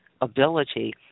ability